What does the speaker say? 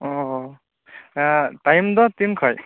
ᱚᱦ time ᱫᱚ ᱛᱤᱱ ᱠᱷᱚᱡ